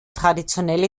traditionelle